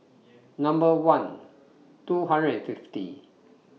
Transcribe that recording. one two five